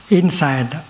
inside